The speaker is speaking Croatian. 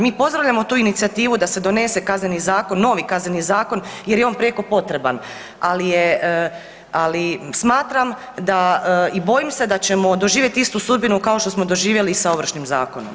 Mi pozdravljamo tu inicijativu da se donese Kazneni zakon, novi Kazneni zakon jer je on prijeko potreban, ali smatram da i bojim se da ćemo doživjet istu sudbinu kao što smo doživjeli sa i Ovršnim zakonom.